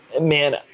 man